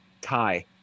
Tie